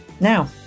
now